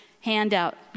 handout